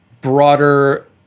broader